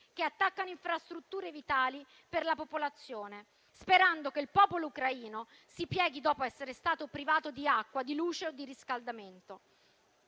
che attaccano infrastrutture vitali per la popolazione, sperando che il popolo ucraino si pieghi dopo essere stato privato di acqua, di luce o di riscaldamento.